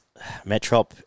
Metrop